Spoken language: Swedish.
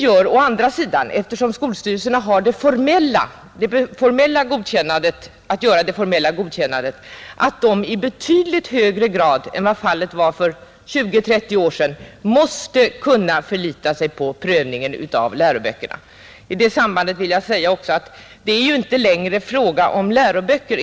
Men eftersom skolstyrelserna har att lämna det formella godkännandet måste de å andra sidan i betydligt högre grad än vad fallet var för 20-30 år sedan kunna förlita sig på prövningen av läroböckerna. I det sammanhanget vill jag också säga att det ju inte längre enbart är fråga om läroböcker.